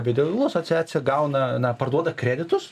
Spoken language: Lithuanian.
biodegalų asociacija gauna na parduoda kreditus